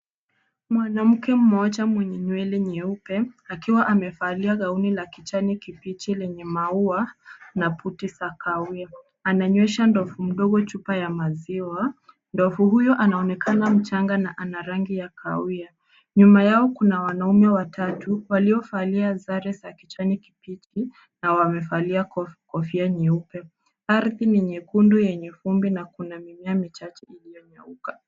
Mwanamke mmoja mwenye nywele nyeupe akiwa amevalia gauni la kijani kibichi lenye maua na buti za kahawia. Ananywesha ndovu mdogo chupa ya maziwa. Ndovu huyo anaonekana mchanga na ana rangi ya kahawia. Nyuma yao kuna wanaume watatu waliovalia sare za kijani kibichi na wamevalia kofia nyeupe. Ardhi ni nyekundu yenye vumbi na kuna mimea michache iliyonyauka.